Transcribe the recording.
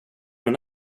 min